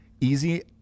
easy